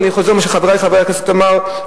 ואני חוזר על מה שחברי חברי הכנסת אמרו: